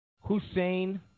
Hussein